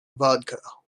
vodka